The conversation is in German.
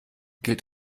gilt